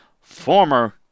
Former